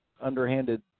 underhanded